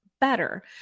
better